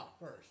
first